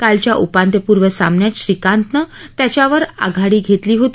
कालच्या उपांत्यपूर्व सामन्यात श्रीकांतनं त्याच्यावर आघाडी घेतली होती